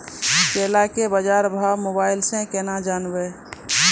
केला के बाजार भाव मोबाइल से के ना जान ब?